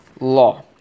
law